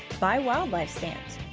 buy wildlife stamps,